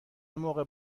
موقع